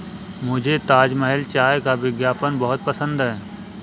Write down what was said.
मुझे ताजमहल चाय का विज्ञापन बहुत पसंद है